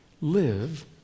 Live